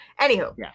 Anywho